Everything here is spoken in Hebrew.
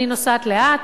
אני נוסעת לאט,